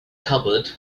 cupboard